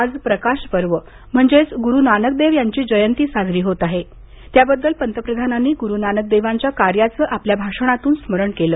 आज प्रकाशपर्व म्हणजेच गुरू नानक देव यांची जयंती साजरी होत असल्यानं पंतप्रधानांनी गुरु नानक देवांच्या कार्याचं आपल्या भाषणात स्मरण केलं